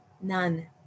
none